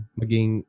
maging